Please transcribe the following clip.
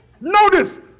Notice